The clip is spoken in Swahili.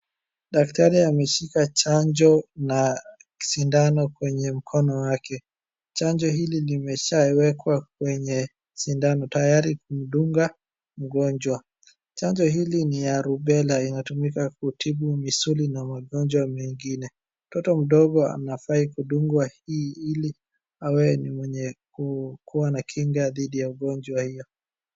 Daktari ameshika chanjo na sindano kwenye mkono wake. Chanjo hili limeshawekwa kwenye sindano tayari kumdunga mgonjwa. Chanjo hili ni ya rubella inatumika kutibu misuli na magonjwa mengine. Mtoto mdogo anafai kudungwa hii ili awe ni mwenye ku kuwa na kinga dhidi ya ugonjwa hilo.